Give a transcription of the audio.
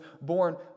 born